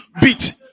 beat